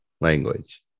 language